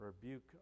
Rebuke